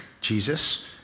Jesus